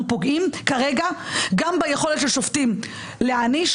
כרגע פוגעים גם ביכולת של שופטים להעניש,